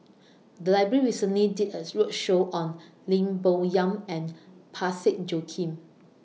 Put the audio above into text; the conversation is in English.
The Library recently did as roadshow on Lim Bo Yam and Parsick Joaquim